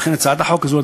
ולכן הצעת החוק הזאת,